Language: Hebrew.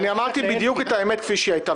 אני אמרתי בדיוק את האמת כפי שהיא הייתה,